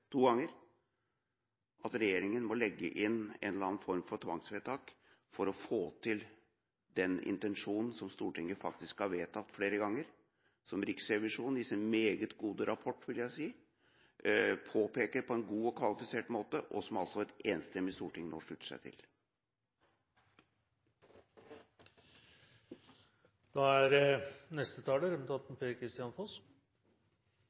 at regjeringen må legge inn en eller annen form for tvangsvedtak for å få til det som er intensjonen i det Stortinget faktisk har vedtatt flere ganger, som Riksrevisjonen – i sin meget gode rapport, vil jeg si – påpeker på en god og kvalifisert måte, og som altså et enstemmig storting nå slutter seg til. Som representanten Simensen var inne på, er